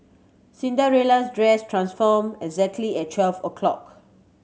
Cinderella's dress transformed exactly at twelve o'clock